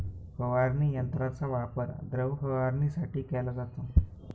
फवारणी यंत्राचा वापर द्रव फवारणीसाठी केला जातो